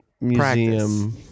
museum